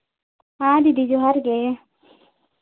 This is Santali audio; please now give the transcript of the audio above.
ᱦᱮᱸ ᱫᱤᱫᱤ ᱡᱚᱦᱟᱨ ᱜᱮ